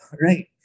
right